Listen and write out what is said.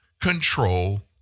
control